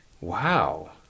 Wow